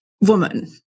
woman